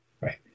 right